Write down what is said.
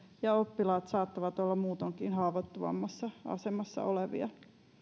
ja oppilaat saattavat olla muutoinkin haavoittuvammassa asemassa olevia